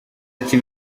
ati